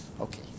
Okay